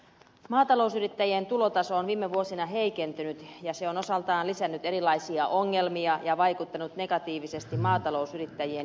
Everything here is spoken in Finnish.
maatalousyrittäjien tulotaso on viime vuosina heikentynyt ja se on osaltaan lisännyt erilaisia ongelmia ja vaikuttanut negatiivisesti maatalousyrittäjien jaksamiseen